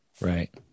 Right